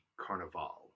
Carnival